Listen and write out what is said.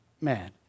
man